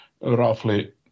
roughly